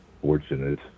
Fortunate